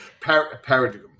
paradigm